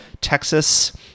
Texas